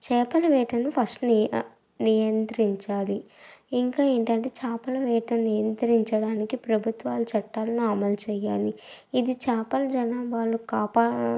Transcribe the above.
చేపల వేటని ఫస్ట్ నియ నియంత్రించాలి ఇంకా ఏంటంటే చేపల వేటని నియంత్రించడానికి ప్రభుత్వాలు చట్టాలను అమలు చెయ్యాలి ఇది చేపల జనాభాను కాపాడ